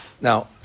Now